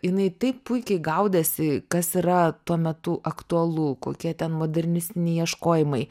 jinai taip puikiai gaudėsi kas yra tuo metu aktualu kokie ten modernistiniai ieškojimai